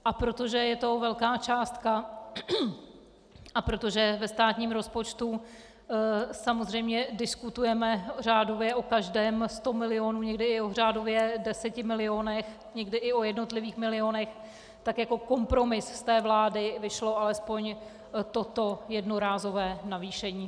A protože je to velká částka a protože ve státním rozpočtu samozřejmě diskutujeme řádově o každém stu milionu, někdy i o řádově deseti milionech, někdy i o jednotlivých milionech, tak jako kompromis z té vlády vyšlo alespoň toto jednorázové navýšení.